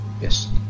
Yes